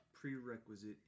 prerequisite